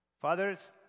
Fathers